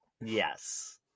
Yes